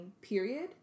period